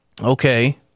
Okay